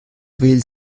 will